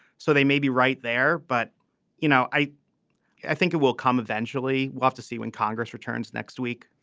so they may be right there. but you know i i think it will come eventually. we'll have to see when congress returns next week